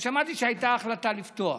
שמעתי שהייתה החלטה לפתוח.